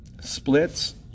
splits